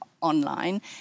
online